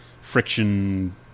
friction